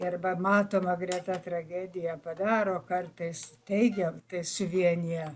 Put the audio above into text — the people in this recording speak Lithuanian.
arba matoma greta tragedija padaro kartais teigia tai suvienija